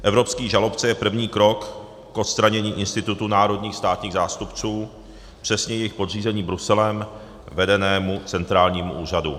Evropský žalobce je první krok k odstranění institutu národních státních zástupců, přesně jejich podřízení Bruselem vedenému centrálnímu úřadu.